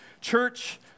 church